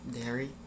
Dairy